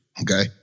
okay